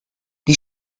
die